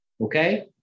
okay